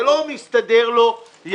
זה לא מסתדר לו יחד.